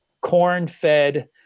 corn-fed